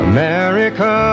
America